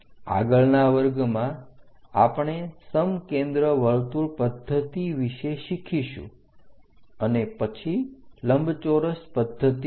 આગળના વર્ગમાં આપણે સમ કેન્દ્ર વર્તુળ પદ્ધતિ વિશે શિખીશું અને પછી લંબચોરસ પદ્ધતિ વિશે